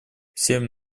всем